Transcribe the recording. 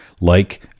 like-